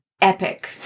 Epic